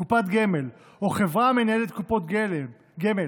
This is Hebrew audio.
קופת גמל או חברה המנהלת קופות גמל,